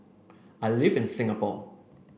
I live in Singapore